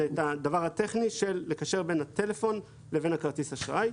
את הדבר הטכני של לקשר בין הטלפון לבין כרטיס האשראי.